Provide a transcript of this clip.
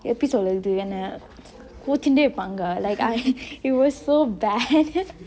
எ்டி சொல்ரது என்ன கோச்சின்டெ இருப்பாங்க:epdi soldrethu enne konchinde irupangge like I it was so bad